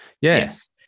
yes